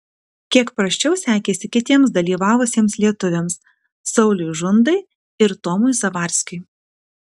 kiek prasčiau sekėsi kitiems dalyvavusiems lietuviams sauliui žundai ir tomui zavarskiui